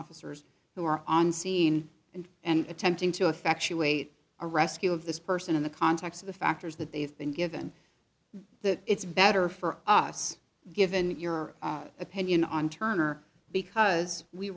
officers who are on scene and and attempting to effectuate a rescue of this person in the context of the factors that they've been given that it's better for us given your opinion on turner because we